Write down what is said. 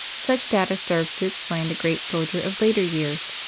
such data serves to explain the great soldier of later years.